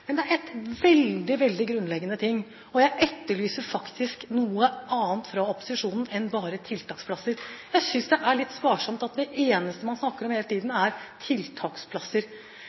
Men det er én veldig grunnleggende ting: Jeg etterlyser faktisk noe annet fra opposisjonen enn bare tiltaksplasser. Jeg synes det er litt sparsomt at det eneste man snakker om hele tiden, er tiltaksplasser.